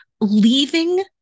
leaving